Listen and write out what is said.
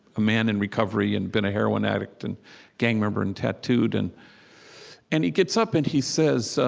a man in recovery and been a heroin addict and gang member and tattooed. and and he gets up, and he says, so